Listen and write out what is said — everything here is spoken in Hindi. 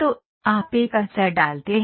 तो आप एक असर डालते हैं